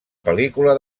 pel·lícula